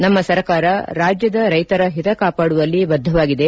ನಮ್ನ ಸರ್ಕಾರ ರಾಜ್ಜದ ರೈತರ ಹಿತ ಕಾಪಾಡುವಲ್ಲಿ ಬದ್ದವಾಗಿದೆ